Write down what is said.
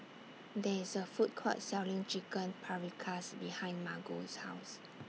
There IS A Food Court Selling Chicken Paprikas behind Margo's House